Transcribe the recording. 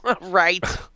Right